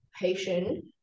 patient